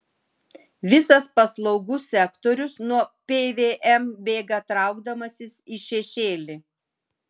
visas paslaugų sektorius nuo pvm bėga traukdamasis į šešėlį